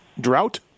drought